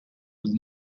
would